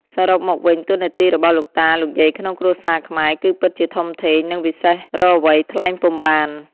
សរុបមកវិញ តួនាទីរបស់លោកតា លោកយាយក្នុងគ្រួសារខ្មែរគឺពិតជាធំធេង និងវិសេសរកអ្វីថ្លែងពុំបាន។